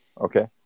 Okay